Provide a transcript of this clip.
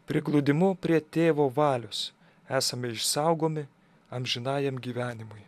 prigludimu prie tėvo valios esame išsaugomi amžinajam gyvenimui